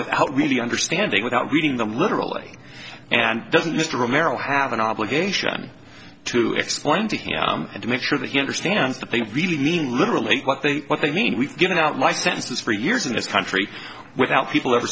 without really understanding without reading them literally and doesn't mr romero have an obligation to explain to him and to make sure that he understands that they really mean literally what they what they mean we've given out my senses for years in this country without people ever